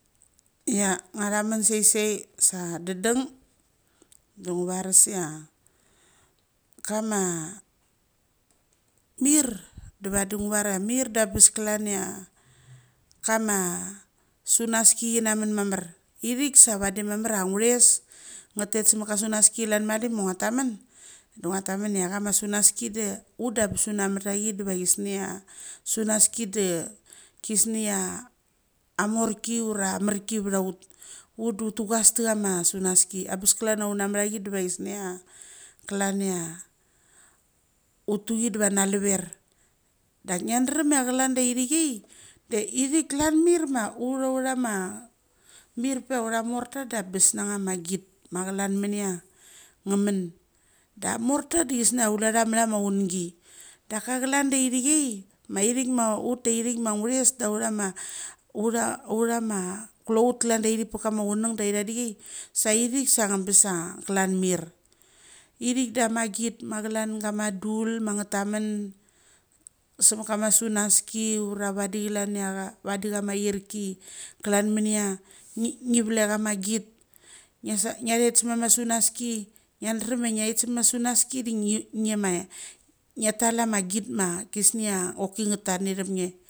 Ia ngathamun sai sai sa du dung du ngu varusia kama mir da vadi ngo varia mir da res klan ia kama sunaski chi na mun mamar. Ithik sa vadi mamar ka ngures nga tet sa mutka sunaski klan mali ma ngua taman, du nguatam mun ia kama sunaski de ut da res una mut a chi deva chisnia sunaski de kisnea a morki ura amar ki vroth ut. Ut dout tugas ta kama sunaski da bes klan ia una mtha ki deva gisnia klan ia uttu chi de va naluver. Dak ngia drumia klan da ithikai da ithik klan mirmauth aurama mir pea ia auramorta da bes na nga git ma clan minia nga mun. Da morta da gisnia kuletha mat kama aungi. Daka klan da ithikai, ma ithik ma ut taithik ma ut ngunes da urth ma utha, utha ama klout klan da ithik pat kama chunung da itha dikai so ithik sa abes a klan mir. Ithik da ma git ma klan guma dul ma ngeth tamun sevet kama sunaski ura vadi klan ia vadi klan ia ma vadi kama airik. Klan munia ngi, ngi vlek ama git. Ngiasa ngi that san sumuma sunaski. Ngia drum ia ngit sama sunaski da ngia ngiama ngia tal ama git ma gisnia oki nga tadatham nge.